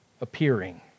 appearing